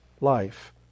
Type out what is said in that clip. life